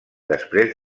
després